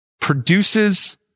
produces